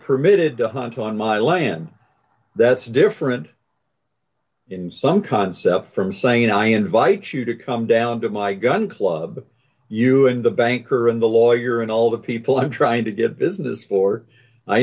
permitted to hunt on my land that's different in some concept from saying i invite you to come down to my gun club you and the banker and the lawyer and all the people i'm trying to give business for i